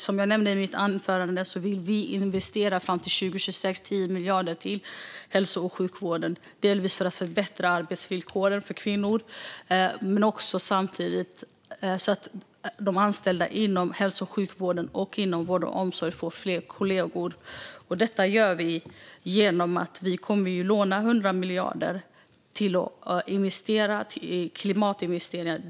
Som jag nämnde i mitt anförande vill vi till 2026 investera 10 miljarder per år i hälso och sjukvården, dels för att förbättra arbetsvillkoren för kvinnor, dels för att de anställda inom hälso och sjukvården och inom vård och omsorg ska få fler kollegor. Detta kan vi göra genom att låna 100 miljarder till klimatinvesteringar.